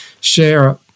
share